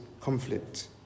conflict